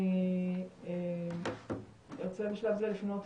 אני ארצה בשלב זה לפנות,